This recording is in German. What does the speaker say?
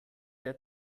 der